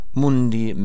mundi